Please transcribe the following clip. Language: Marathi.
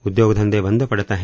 उद्योग धंदे बंद पडत आहेत